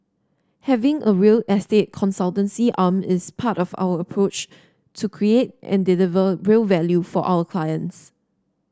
having a real estate consultancy arm is part of our approach to create and deliver real value for our clients